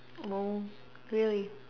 oh really